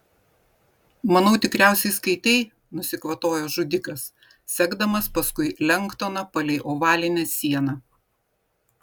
manau tikriausiai skaitei nusikvatojo žudikas sekdamas paskui lengdoną palei ovalinę sieną